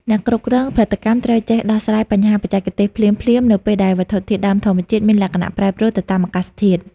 អ្នកគ្រប់គ្រងផលិតកម្មត្រូវចេះដោះស្រាយបញ្ហាបច្ចេកទេសភ្លាមៗ នៅពេលដែលវត្ថុធាតុដើមធម្មជាតិមានលក្ខណៈប្រែប្រួលទៅតាមអាកាសធាតុ។